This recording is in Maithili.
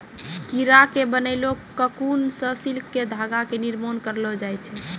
कीड़ा के बनैलो ककून सॅ सिल्क के धागा के निर्माण करलो जाय छै